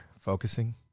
focusing